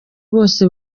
bose